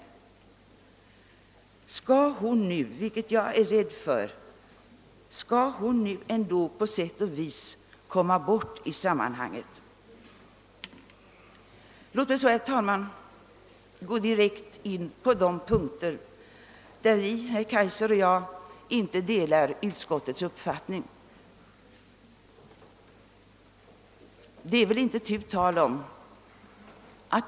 Jag är rädd för att hon nu på sätt och vis kommer bort i sammanhanget. Låt mig så, herr talman, gå in på de punkter där herr Kaijser och jag inte delar utskottsmajoritetens mening.